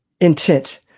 intent